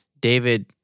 David